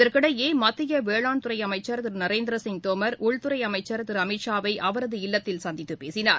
இதற்கிடையேமத்தியவேளான் துறைஅமைச்சர் திருநரேந்திரசிய் தோமர் உள்துறைஅமைச்சர் திருஅமித் ஷாவை அவரது இல்லத்தில் சந்தித்துபேசினார்